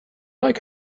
like